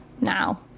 now